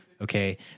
okay